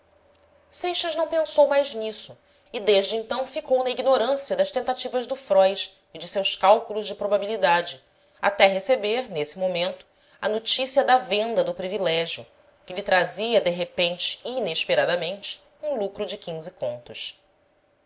seixas não pensou mais nisso e desde então ficou na ignorância das tentativas do fróis e de seus cálculos de probabilidade até receber nesse momento a notícia da venda do privilégio que lhe trazia de repente e inesperadamente um lucro de quinze contos